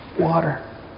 water